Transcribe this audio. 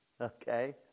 okay